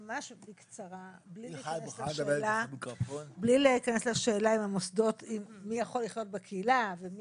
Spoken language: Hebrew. בלי להיכנס לשאלה מי יכול לחיות בקהילה ואם